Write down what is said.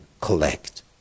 collect